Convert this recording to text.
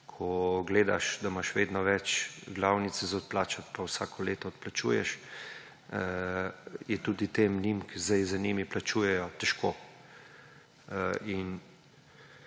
ko vidiš, da imaš vedno več glavnice za odplačati, pa vsako leto odplačuješ, je tudi tem, ki zdaj za njimi plačujejo, težko.